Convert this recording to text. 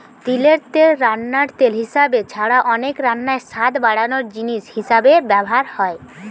তিলের তেল রান্নার তেল হিসাবে ছাড়া অনেক রান্নায় স্বাদ বাড়ানার জিনিস হিসাবে ব্যভার হয়